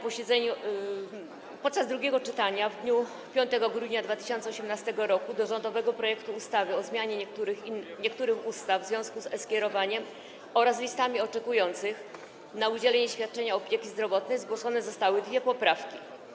Podczas drugiego czytania w dniu 5 grudnia 2018 r. do rządowego projektu ustawy o zmianie niektórych ustaw w związku z e-skierowaniem oraz z listami oczekujących na udzielenie świadczenia opieki zdrowotnej zgłoszone zostały dwie poprawki.